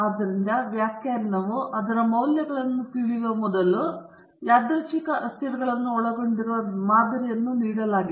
ಆದ್ದರಿಂದ ವ್ಯಾಖ್ಯಾನವು ಅವರ ಮೌಲ್ಯಗಳನ್ನು ತಿಳಿಯುವ ಮೊದಲು ಯಾದೃಚ್ಛಿಕ ಅಸ್ಥಿರಗಳನ್ನು ಒಳಗೊಂಡಿರುವ ಮಾದರಿ ಇಲ್ಲಿ ನೀಡಲಾಗಿದೆ